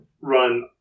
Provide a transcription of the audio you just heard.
run